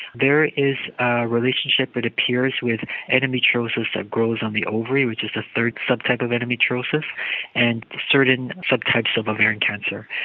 there is a relationship that appears with endometriosis that grows on the ovary, which is the third subtype of endometriosis and certain subtypes of ovarian cancer.